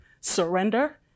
surrender